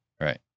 Right